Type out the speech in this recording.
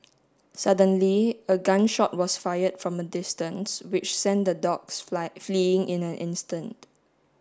suddenly a gun shot was fired from a distance which sent the dogs fly fleeing in an instant